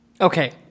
Okay